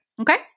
Okay